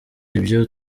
ibyo